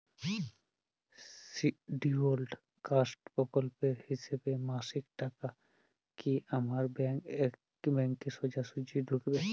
Scheduled caste প্রকল্পের হিসেবে মাসিক টাকা কি আমার ব্যাংকে সোজাসুজি ঢুকবে?